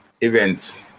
events